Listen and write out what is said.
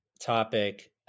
topic